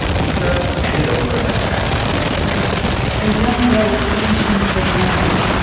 lisa handed over enough cash for the next mission a young girl of seventeen called maha.